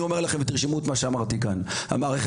אתם מוזמנים לרשום את מה שאומר כאן עכשיו,